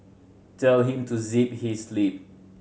tell him to zip his lip